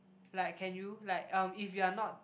like can you like um if you are not